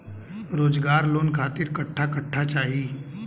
रोजगार लोन खातिर कट्ठा कट्ठा चाहीं?